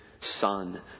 son